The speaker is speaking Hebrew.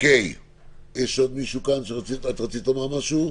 יש עוד מישהו שרוצה לומר משהו?